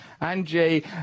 Angie